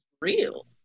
real